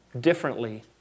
differently